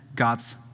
God's